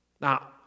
Now